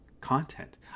content